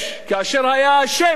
כאשר היתה שמש.